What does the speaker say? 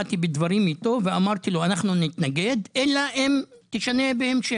באתי בדברים איתו ואמרתי לו נתנגד אלא אם תשנה בהמשך.